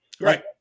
right